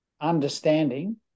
understanding